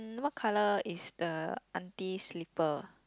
what colour is the auntie slipper